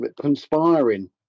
conspiring